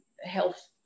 health